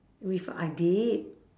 with adib